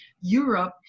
Europe